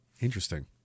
interesting